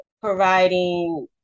providing